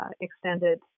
extended